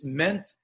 meant